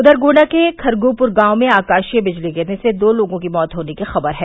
उधर गोण्डा के खरगुप्र गाँव में आकाशीय बिजली गिरने से दो लोगों की मौत होने की ख़बर है